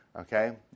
Okay